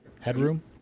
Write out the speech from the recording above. Headroom